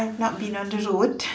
I've not been on the road